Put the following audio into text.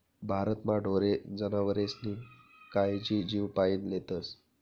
भारतमा ढोरे जनावरेस्नी कायजी जीवपाईन लेतस